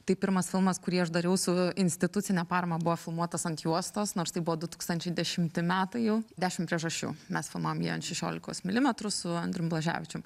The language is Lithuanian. tai pirmas filmas kurį aš dariau su institucine parama buvo filmuotas ant juostos nors tai buvo du tūkstančiai dešimti metai jau dešim priežasčių mes filmavom ją ant šešiolikos milimetrų su andrium blaževičium